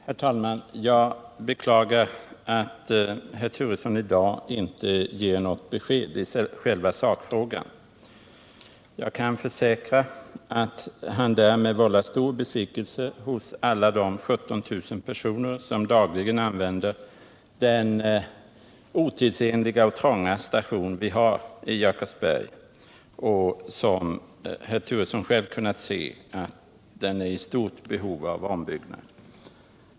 Herr talman! Jag beklagar att herr Turesson i dag inte ger något besked i själva sakfrågan. Jag kan försäkra att han därmed vållar stor besvikelse hos alla de 17 000 personer som dagligen använder den otidsenliga och trånga station vi har i Jakobsberg. Som herr Turesson själv har kunnat se är den i stort behov av ombyggnad.